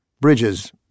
Bridges